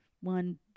one